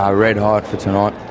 ah red hot for tonight.